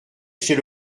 chez